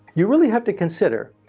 you really have to consider,